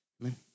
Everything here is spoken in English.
Amen